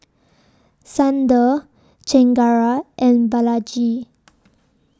Sundar Chengara and Balaji